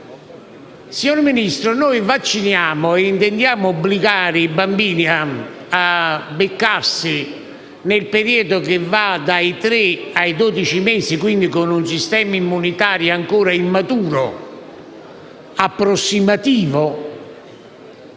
Signor Ministro, noi vacciniamo e intendiamo obbligare i bambini a beccarsi, nel periodo che va dai tre ai dodici mesi di vita, quindi con un sistema immunitario ancora immaturo e approssimativo,